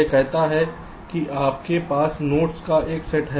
यह कहता है कि आपके पास नोड्स का एक सेट है